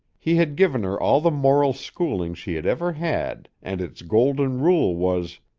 he had given her all the moral schooling she had ever had and its golden rule was,